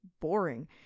boring